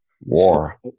war